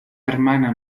hermana